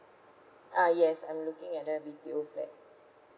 uh yes I'm looking at the B_T_O flat